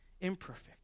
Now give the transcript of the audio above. imperfect